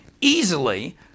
easily